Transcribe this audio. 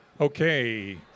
Okay